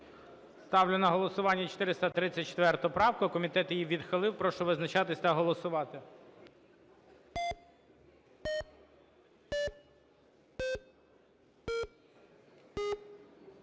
Ставлю на голосування 436 правка, Тарута. Комітет її відхилив. Прошу визначатися та голосувати.